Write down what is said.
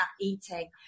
eating